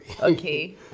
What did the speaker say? okay